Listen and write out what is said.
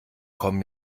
kommen